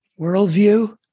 worldview